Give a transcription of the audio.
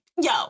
yo